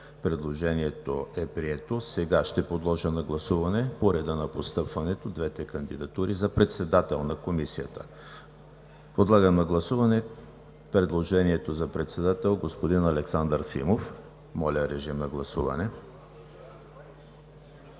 Предложението е прието. Сега ще подложа на гласуване по реда на постъпването двете кандидатури за председател на Комисията. Подлагам на гласуване предложението за председател – господин Александър Симов. Гласували